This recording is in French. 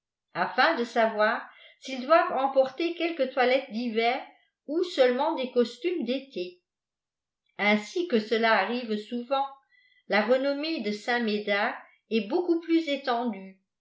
afin de savoir s ils doivent emporter quelques toilettes d'hiver ou seulement des costumes d'été ainsi que cela arrive sonhi ta réhommée de saint médard est beaucoup plus étendue